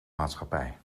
maatschappij